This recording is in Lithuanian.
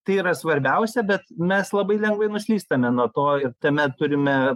tai yra svarbiausia bet mes labai lengvai nuslystame nuo to ir tame turime